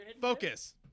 Focus